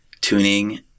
tuning